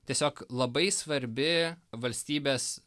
tiesiog labai svarbi valstybės